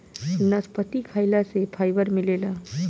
नसपति खाइला से फाइबर मिलेला